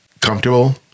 comfortable